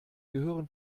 gehören